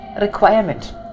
requirement